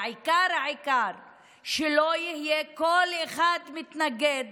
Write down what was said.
העיקר שלא יהיה קול אחד המתנגד